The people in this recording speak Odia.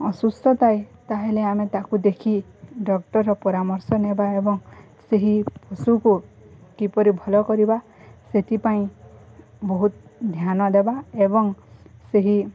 ଅସୁସ୍ଥ ଥାଏ ତାହେଲେ ଆମେ ତାକୁ ଦେଖି ଡ଼କ୍ଟର୍ର ପରାମର୍ଶ ନେବା ଏବଂ ସେହି ପଶୁକୁ କିପରି ଭଲ କରିବା ସେଥିପାଇଁ ବହୁତ ଧ୍ୟାନ ଦେବା ଏବଂ ସେହି